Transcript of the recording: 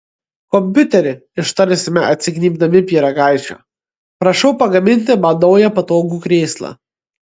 kompiuteri ištarsime atsignybdami pyragaičio prašau pagaminti man naują patogų krėslą